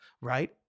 right